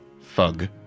Fug